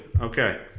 Okay